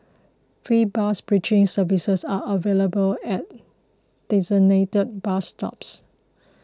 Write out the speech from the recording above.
free bus bridging services are available at designated bus stops